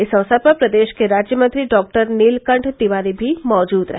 इस अवसर पर प्रदेश के राज्य मंत्री डॉक्टर नीलकंठ तिवारी भी मौजूद रहे